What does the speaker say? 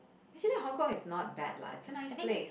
actually Hong Kong is not bad lah is a nice place